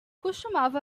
costumava